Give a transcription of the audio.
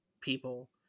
people